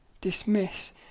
dismiss